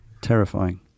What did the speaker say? Terrifying